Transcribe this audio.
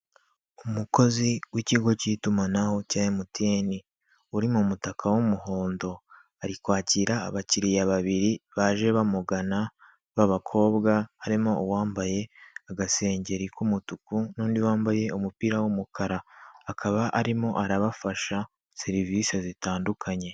Umukozi w'ikigo k'itumanaho cya MTN uri mu mutaka w'umuhondo ari kwakira abakiriya babiri baje bamugana b'abakobwa. Harimo uwambaye agasengeri k'umutuku n'undi wambaye umupira w'umukara akaba arimo arabafasha serivisi zitandukanye.